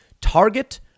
Target